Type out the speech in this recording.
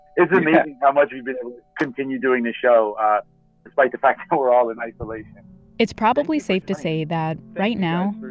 it's amazing how much we've been able to continue doing this show despite the fact that we're all in isolation it's probably safe to say that, right now,